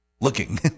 looking